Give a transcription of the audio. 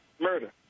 murder